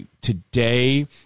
today